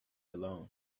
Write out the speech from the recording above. alone